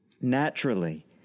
Naturally